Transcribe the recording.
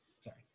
Sorry